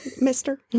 Mister